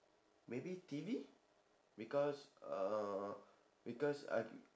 maybe T_V because uh because I